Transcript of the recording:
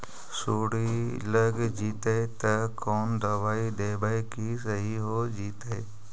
सुंडी लग जितै त कोन दबाइ देबै कि सही हो जितै?